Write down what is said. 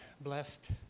blessed